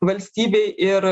valstybei ir